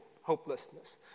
hopelessness